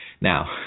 Now